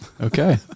Okay